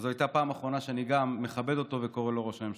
אז זו הייתה הפעם האחרונה שגם אני מכבד אותו וקורא לו "ראש הממשלה".